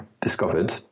discovered